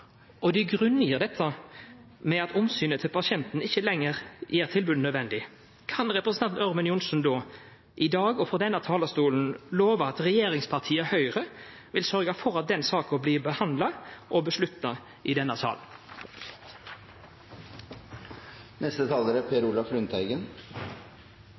at dei vil leggja ned akuttkirurgien på eitt av sjukehusa, og grunngjev dette med at omsynet til pasienten ikkje lenger gjer tilbodet nødvendig, kan representanten Ørmen Johnsen då, i dag og frå denne talarstolen, lova at regjeringspartiet Høgre vil sørgja for at den saka blir behandla og vedteke i denne